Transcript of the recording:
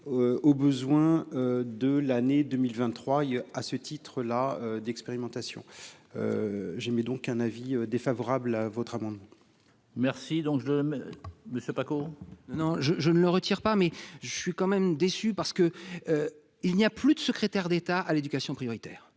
aux besoins de l'année 2023, à ce titre-là d'expérimentation j'émets donc un avis défavorable à votre amendement. Merci donc je ne sais pas quo. Non je je ne le retire pas mais je suis quand même déçue parce que il n'y a plus de secrétaire d'État à l'éducation prioritaire,